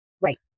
Right